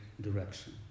direction